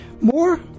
More